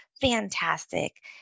Fantastic